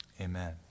amen